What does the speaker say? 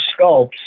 sculpts